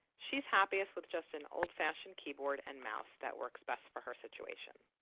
she is happiest with just an old-fashioned keyboard and mouse that works best for her situation.